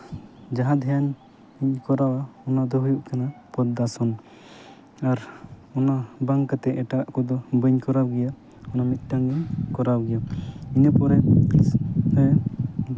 ᱡᱟᱦᱟᱸ ᱫᱷᱮᱭᱟᱱ ᱤᱧ ᱠᱚᱨᱟᱣᱟ ᱚᱱᱟ ᱫᱚ ᱦᱩᱭᱩᱜ ᱠᱟᱱᱟ ᱯᱚᱫᱽᱫᱟᱥᱚᱱ ᱟᱨ ᱚᱱᱟ ᱵᱟᱝ ᱠᱟᱛᱮ ᱮᱴᱟᱜ ᱠᱚᱫᱚ ᱵᱟᱹᱧ ᱠᱚᱨᱟᱣ ᱜᱮᱭᱟ ᱚᱱᱟ ᱢᱤᱫᱴᱮᱱ ᱜᱮᱧ ᱠᱚᱨᱟᱣ ᱜᱮᱭᱟ ᱤᱱᱟᱹ ᱯᱚᱨᱮ ᱦᱮᱸ